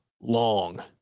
Long